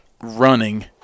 running